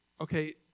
okay